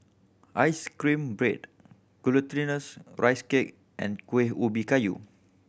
ice cream bread Glutinous Rice Cake and Kuih Ubi Kayu